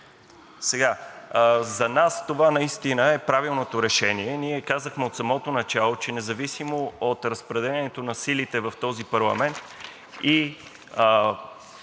За нас това е правилното решение и ние казахме от самото начало, че независимо от разпределението на силите в този парламент и